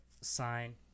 sign